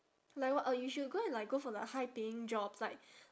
like what uh you should go and like go for the high paying jobs like